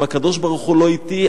אם הקדוש-ברוך-הוא לא אתי,